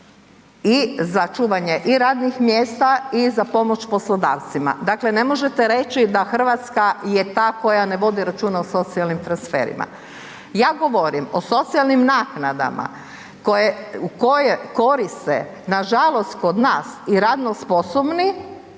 i za čuvanje radnih mjesta i za pomoć poslodavcima. Dakle ne možete reći da Hrvatska je ta koja ne vodi računa o socijalnim transferima. Ja govorim o socijalnim naknadama koje koriste nažalost kod nas i radno sposobni